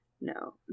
No